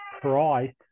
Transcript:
priced